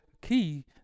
key